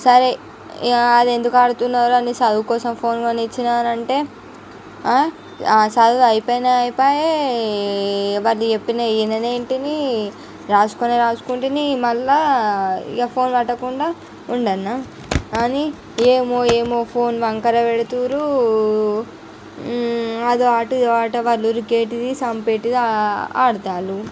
సరే అదెందుకు ఆడుతున్నారు సదువుకోసం ఫోన్ కొనించినానంటే చదువు అయిపాయనే అయిపాయె వాళ్ళు చెప్పిన యిననయుంటిని రాసుకొనే రాసుకొంటిని మళ్ళీ ఇక ఫోన్ పట్టకుండా ఉండనా కానీ ఏమో ఏమో ఫోను వంకర పెడుతురూ అది వాటి వాళ్ళు ఉరికెటిది సంపేటిది ఆడతారు